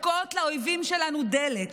מספקות לאויבים שלנו דלק.